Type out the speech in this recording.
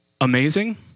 amazing